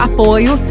Apoio